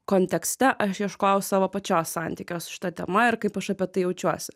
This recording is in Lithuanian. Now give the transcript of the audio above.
kontekste aš ieškojau savo pačios santykio su šita tema ir kaip aš apie tai jaučiuosi